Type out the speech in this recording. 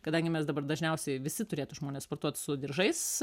kadangi mes dabar dažniausiai visi turėtų žmonės sportuot su diržais